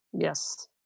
Yes